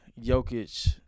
Jokic